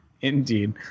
Indeed